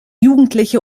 jugendliche